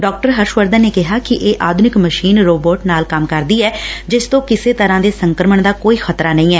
ਡਾਹਰਸ਼ ਵਰਧਨ ਨੇ ਕਿਹਾ ਕਿ ਇਹ ਆਧੁਨਿਕ ਮਸ਼ੀਨ ਰੋਬੋਟ ਨਾਲ ਕੰਮ ਕਰਦੀ ਐ ਜਿਸ ਤੋਂ ਕਿਸੇ ਤਰ੍ਕਾ ਦੇ ਸੰਕਰਮਣ ਦਾ ਕੋਈ ਖ਼ਤਰਾ ਨਹੀਂ ਐ